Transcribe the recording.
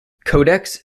codex